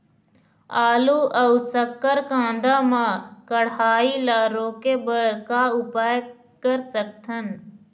आलू अऊ शक्कर कांदा मा कढ़ाई ला रोके बर का उपाय कर सकथन?